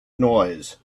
noise